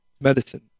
medicine